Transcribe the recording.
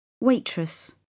Waitress